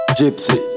Gypsy